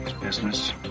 business